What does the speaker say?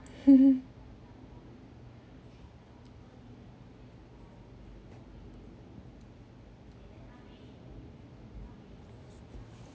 mmhmm